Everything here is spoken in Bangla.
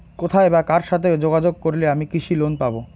কোথায় বা কার সাথে যোগাযোগ করলে আমি কৃষি লোন পাব?